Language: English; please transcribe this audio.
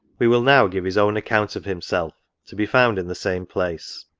we will now give his own account of himself, to be found in the same place.